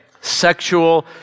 sexual